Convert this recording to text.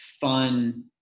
fun